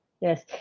Yes